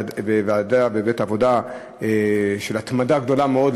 באמת עבודה של התמדה גדולה מאוד,